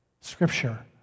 scripture